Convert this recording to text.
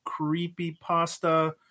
Creepypasta